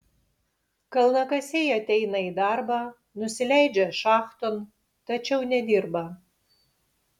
kalnakasiai ateina į darbą nusileidžia šachton tačiau nedirba